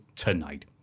Tonight